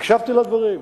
הקשבתי לדברים,